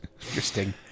interesting